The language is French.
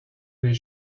les